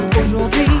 aujourd'hui